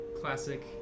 classic